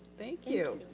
thank you.